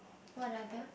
what other